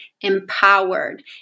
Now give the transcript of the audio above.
empowered